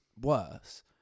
worse